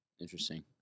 Interesting